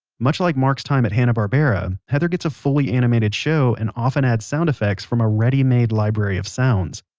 much like mark's time at hanna-barbera, heather gets a fully animated show and often adds sound effects from a ready-made library of sounds.